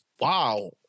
Wow